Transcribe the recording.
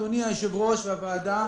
אדוני היושב-ראש והוועדה,